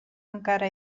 encara